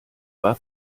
war